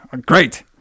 great